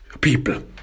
people